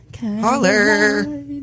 holler